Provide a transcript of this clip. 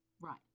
Right